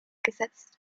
gesetzt